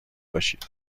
باشید